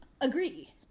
Agree